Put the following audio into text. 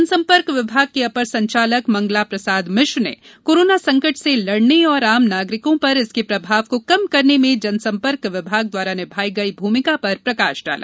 जनसंपर्क विभाग के अपर संचालक मंगला प्रसाद मिश्र ने कोरोना संकट से लड़ने और आम नागरिकों पर इसके प्रभाव को कम करने में जनसंपर्क विभाग द्वारा निभाई गई भूमिका पर प्रकाश डाला